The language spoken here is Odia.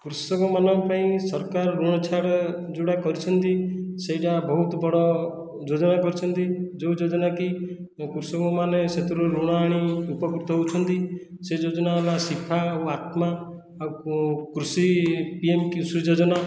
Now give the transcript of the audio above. କୃଷକମାନଙ୍କ ପାଇଁ ସରକାର ଋଣ ଛାଡ଼ ଯେଉଁଟା କରିଛନ୍ତି ସେହିଟା ବହୁତ ବଡ଼ ଯୋଜନା କରିଛନ୍ତି ଯେଉଁ ଯୋଜନା କି କୃଷକମାନେ ସେଥିରୁ ଋଣ ଆଣି ଉପକୃତ ହେଉଛନ୍ତି ସେ ଯୋଜନା ହେଲା ଶିଫା ଓ ଆତ୍ମା ଆଉ କୃଷି ପିଏମ କିଷୁ ଯୋଜନା